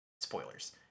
spoilers